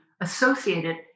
associated